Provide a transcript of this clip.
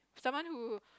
someone who